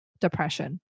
depression